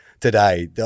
today